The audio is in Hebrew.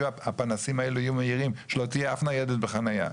שהפנסים יאירו ולא תהיה אף ניידת בחנייה.